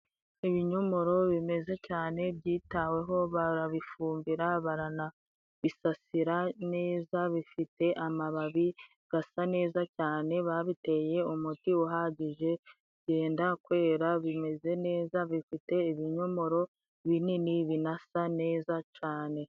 Ibinyomoro bimeze cane byitaweho, barabifumbira, baranabisasira neza, bifite amababi gasa neza cyane, babiteye umuti uhagije, byenda kwera bimeze neza, bifite ibinyomoro binini binasa neza cane.